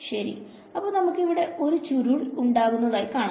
ശെരി ഇപ്പൊ നമുക്ക് ഇവിടെ ഒരു ചുരുൾ ഉണ്ടാകുന്നതായി കാണാം